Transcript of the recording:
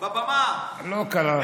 פה, על הבמה, לא קרא לך.